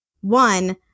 One